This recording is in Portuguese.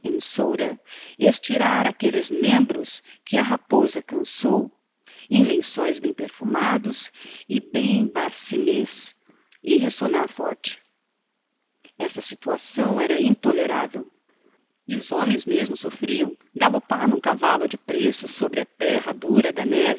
soda estirar aquelles membros que a raposa cançou em lençóes bem perfumados e bem bassinés e ressonar forte esta situação era intoleravel e os homens mesmo soffriam galopar n'um cavallo de preço sobre a terra dura da